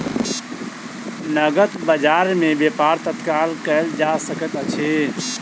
नकद बजार में व्यापार तत्काल कएल जा सकैत अछि